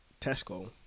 tesco